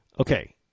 okay